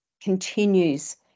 continues